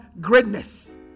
greatness